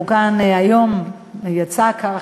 אנחנו כאן היום, יצא כך,